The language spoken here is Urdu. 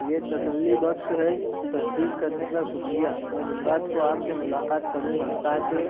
یہ تسلی بخش ہے تصدیق کرنے کا شکریہ میں جمعرات کو آپ سے ملاقات کروں گا تا کہ